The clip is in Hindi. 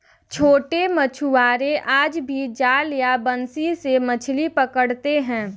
छोटे मछुआरे आज भी जाल या बंसी से मछली पकड़ते हैं